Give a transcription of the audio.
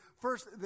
first